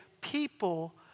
people